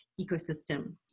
ecosystem